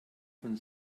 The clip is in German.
von